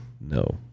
No